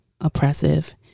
oppressive